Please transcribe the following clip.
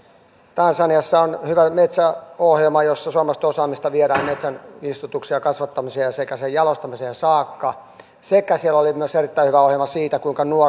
tansaniassa on hyvä metsäohjelma johon suomalaista osaamista viedään metsän istutukseen ja kasvattamiseen sekä jalostamiseen saakka siellä oli myös erittäin hyvä ohjelma siitä kuinka